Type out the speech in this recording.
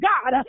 God